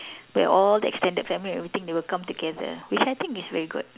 where all the extended family everything will come together which I think is very good